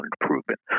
improvement